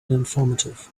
informative